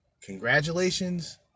Congratulations